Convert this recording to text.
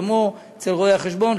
כמו אצל רואי-החשבון,